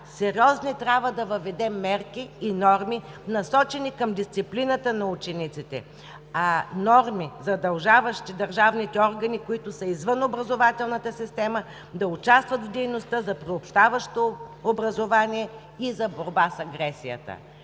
сериозно е и трябва да въведем мерки и норми, насочени към дисциплината на учениците – норми, задължаващи държавните органи, които са извън образователната система, да участват в дейността за приобщаващо образование и за борба с агресията.